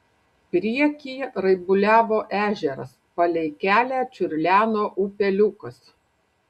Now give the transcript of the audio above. priekyje raibuliavo ežeras palei kelią čiurleno upeliukas